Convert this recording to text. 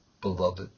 Beloved